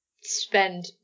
spend